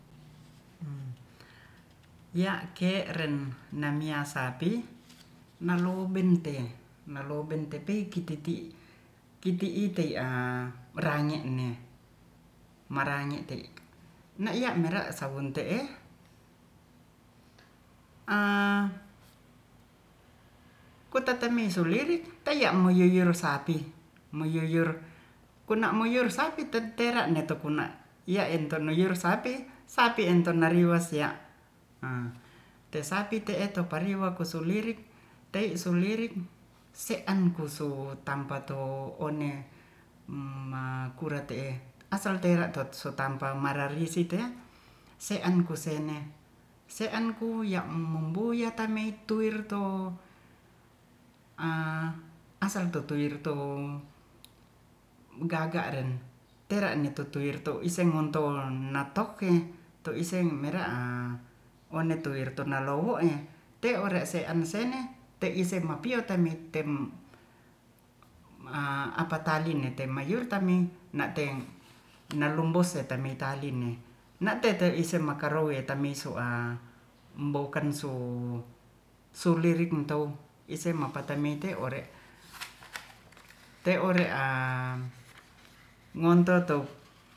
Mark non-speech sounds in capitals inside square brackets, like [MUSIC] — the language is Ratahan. ya'ke ren namiya sapi nalubinte- pi kititi- itiyaia menrangge ne marange ti' na'iya mere saunte'e [HESITATION] kutatoi miselirik taya'moyuyur sapi moyuyur kuna'moyuyur sapi tentera ne'to kuna yaentonoyur sapi- entonariwes ya ha tesapi te'e ento pariwesokulirik tei sulirik se'ankusu tampa to on [HESITATION] makura te'e asal tera totsotampa mararisi te'a se'an kusene se'an ku ya'mumbuyatan meituir to [HESITATION] asal tutuwirtou gaga ren terane tutuwir iseng ontou natok ke tu iseng mera a one tuwir tondalou'e te'ore sean sene te'iseng mapiyo temeitem [HESITATION] apatali netem mayurtami na'teng namlumbose tayemi tali ne na'tete isem makarowe tamisu'a mbowken su sulirik ntou isem mapata meite ore [NOISE] te'ore a ngontotouk